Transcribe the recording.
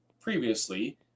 previously